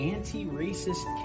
Anti-Racist